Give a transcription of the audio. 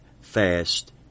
fast